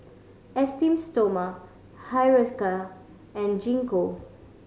Esteem Stoma Hiruscar and Gingko